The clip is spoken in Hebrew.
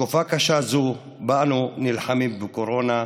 בתקופה קשה זו, שבה אנו נלחמים בקורונה,